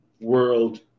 World